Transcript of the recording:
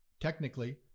Technically